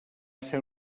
ser